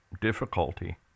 difficulty